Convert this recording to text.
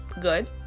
good